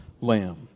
lamb